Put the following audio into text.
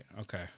okay